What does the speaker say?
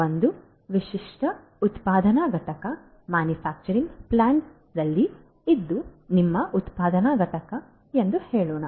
ಒಂದು ವಿಶಿಷ್ಟ ಉತ್ಪಾದನಾ ಘಟಕದಲ್ಲಿ ಇದು ನಿಮ್ಮ ಉತ್ಪಾದನಾ ಘಟಕ ಎಂದು ಹೇಳೋಣ